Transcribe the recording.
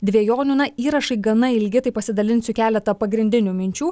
dvejonių na įrašai gana ilgi tai pasidalinsiu keletą pagrindinių minčių